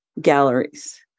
galleries